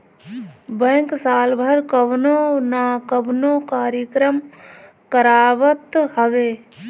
bank साल भर कवनो ना कवनो कार्यक्रम करावत हवे